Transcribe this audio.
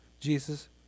Jesus